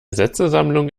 sätzesammlung